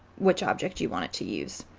which object you want it to use.